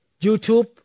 YouTube